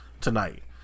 tonight